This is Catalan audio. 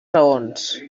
raons